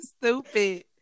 stupid